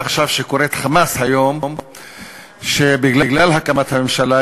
שקוראת חמס היום בגלל הקמת הממשלה,